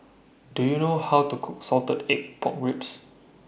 Do YOU know How to Cook Salted Egg Pork Ribs